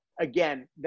again